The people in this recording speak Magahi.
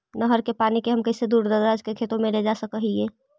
नहर के पानी के हम कैसे दुर दराज के खेतों में ले जा सक हिय?